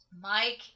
Mike